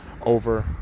over